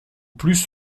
plus